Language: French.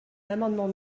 l’amendement